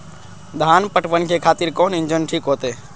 धान पटवन के खातिर कोन इंजन ठीक होते?